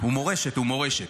הוא מורשת, הוא מורשת.